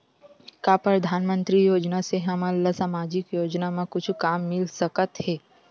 का परधानमंतरी योजना से हमन ला सामजिक योजना मा कुछु काम मिल सकत हे?